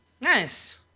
Nice